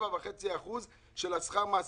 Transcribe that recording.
7.5% של שכר מעסיקים,